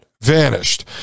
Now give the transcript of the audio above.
vanished